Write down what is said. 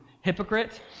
hypocrite